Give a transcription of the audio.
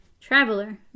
Traveler